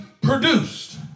produced